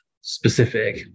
specific